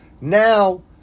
now